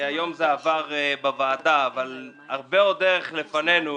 עבר בוועדה, אבל הדרך הרבה עוד לפנינו.